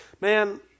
man